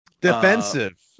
defensive